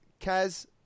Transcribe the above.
Kaz